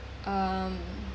um